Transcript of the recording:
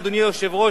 אדוני היושב-ראש,